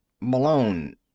Malone